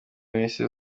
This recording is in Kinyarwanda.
minisiteri